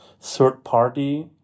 third-party